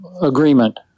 agreement